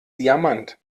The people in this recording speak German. diamant